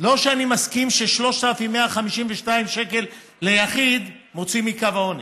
לא שאני מסכים ש-3,152 שקלים ליחיד מוציאים מקו העוני,